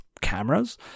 cameras